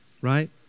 right